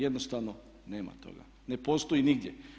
Jednostavno nema toga, ne postoji nigdje.